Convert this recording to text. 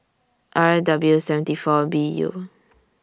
R W seventy four B U